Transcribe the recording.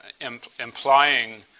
implying